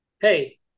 hey